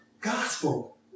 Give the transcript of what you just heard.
gospel